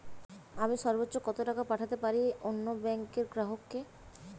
আমি সর্বোচ্চ কতো টাকা পাঠাতে পারি অন্য ব্যাংক র গ্রাহক কে?